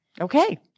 Okay